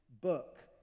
book